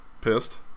Pissed